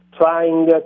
trying